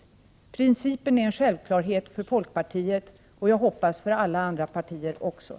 Den principen är en självklarhet för folkpartiet, och jag hoppas att den är det också för andra partier.